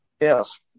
Yes